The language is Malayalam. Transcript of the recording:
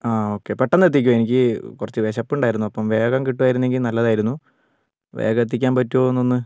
ആ ഓക്കെ പെട്ടെന്നെത്തിക്കുമോ എനിക്ക് കുറച്ച് വിശപ്പുണ്ടായിരുന്നു അപ്പം വേഗം കിട്ടുമായിരുന്നെങ്കിൽ നല്ലതായിരുന്നു വേഗം എത്തിക്കാൻ പറ്റുമോയെന്നൊന്ന്